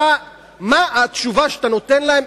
מה התשובה שאתה נותן להם?